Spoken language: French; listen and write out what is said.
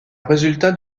résultat